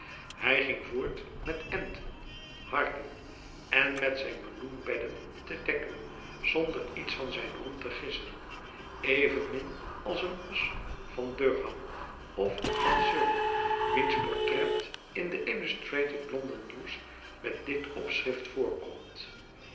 hij ging voort met enten harken en met zijn meloenbedden te dekken zonder iets van zijn roem te gissen evenmin als een os van durham of van surrey wiens portret in de illustrated london news met dit opschrift voorkomt